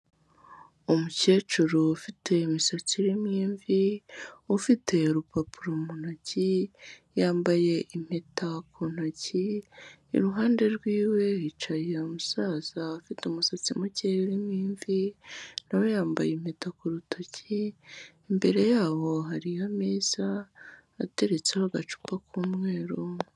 Umukecuru ufite imisatsi irimo imvi, ufite urupapuro mu ntoki, yambaye impeta ku ntoki iruhande rw'iwe hicaye umusaza ufite umusatsi mukeya urimo imvi, na we yambaye impeta ku rutoki, imbere yabo hariho ameza ateretseho agacupa k'umweru.